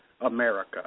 America